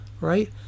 right